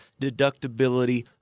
deductibility